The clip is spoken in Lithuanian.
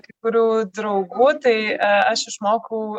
kai kurių draugų tai aš išmokau